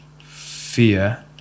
fear